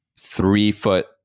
three-foot